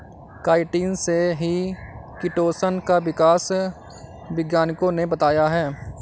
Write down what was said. chitin से ही chitosan का विकास वैज्ञानिकों ने बताया है